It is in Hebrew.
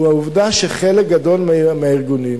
הוא העובדה שחלק גדול מהארגונים